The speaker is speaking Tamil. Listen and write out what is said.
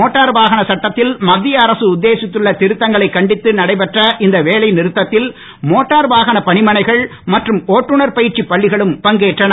மோட்டார் வாகன சட்டத்தில் மத்திய அரசு உத்தேசித்துள்ள திருத்தங்களைக் கண்டித்து நடைபெற்ற இந்த வேலை நிறுத்தத்தில் மோட்டார் வாகன பணிமனைகள் மற்றும் ஒட்டுனர் பயிற்சி பள்ளிகளும் பங்கேற்றன